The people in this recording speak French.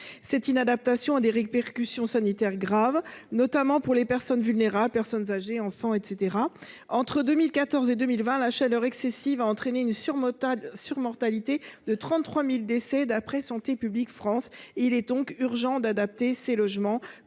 Cette inadaptation a des répercussions sanitaires graves, notamment pour les personnes vulnérables – personnes âgées, enfants, etc. Entre 2014 et 2020, la chaleur excessive a entraîné une surmortalité de 33 000 décès d’après Santé publique France. Il est donc urgent d’adapter ces logements,